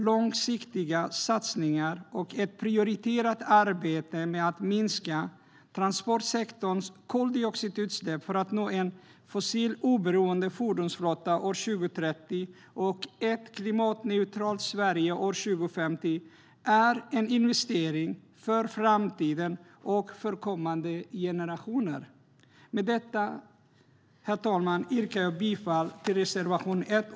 Långsiktiga satsningar och ett prioriterat arbete med att minska transportsektorns koldioxidutsläpp för att nå en fossiloberoende fordonsflotta år 2030 och ett klimatneutralt Sverige år 2050 är en investering för framtiden och för kommande generationer. Med detta, herr talman, yrkar jag bifall till reservation 1.